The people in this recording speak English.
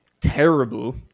terrible